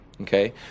okay